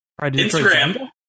Instagram